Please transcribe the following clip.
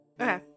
Okay